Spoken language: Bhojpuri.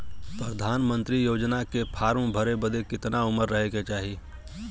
प्रधानमंत्री योजना के फॉर्म भरे बदे कितना उमर रहे के चाही?